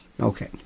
Okay